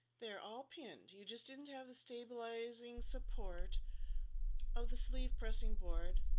there, all pinned. you just didn't have the stabilizing support of the sleeve pressing board,